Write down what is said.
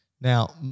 Now